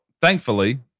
thankfully